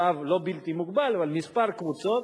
רב, לא בלתי מוגבל, אבל של כמה קבוצות,